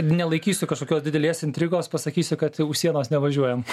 nelaikysiu kažkokios didelės intrigos pasakysiu kad už sienos nevažiuojam